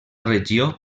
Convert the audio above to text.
regió